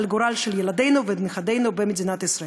על גורל ילדינו ונכדינו במדינת ישראל.